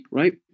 right